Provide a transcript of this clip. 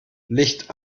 licht